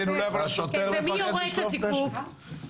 האמירה הפוזיטיבית שהביאה את התנועה האסלאמית לראשונה בתולדות המדינה,